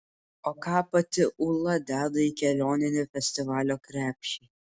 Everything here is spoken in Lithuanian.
o ką pati ūla deda į kelioninį festivalio krepšį